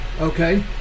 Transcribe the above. okay